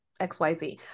xyz